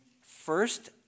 first